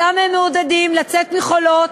אותם הם מעודדים לצאת מ"חולות",